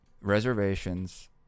reservations